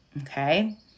Okay